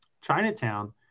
Chinatown